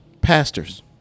pastors